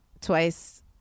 twice